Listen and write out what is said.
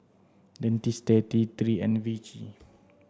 Dentiste T three and Vichy